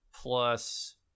plus